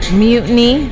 mutiny